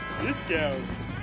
Discounts